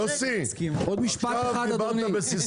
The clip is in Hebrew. עוד משפט אחד אדוני.